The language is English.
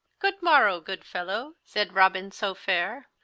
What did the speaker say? good morrowe, good fellowe, sayd robin so fayre,